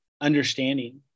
understanding